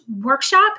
workshop